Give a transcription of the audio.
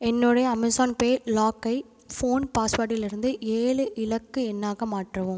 என்னுடைய Amazon Pay லாக்கை phone பாஸ்வேடிலிருந்து ஏழு இலக்கு எண்ணாக மாற்றவும்